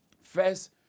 First